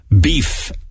beef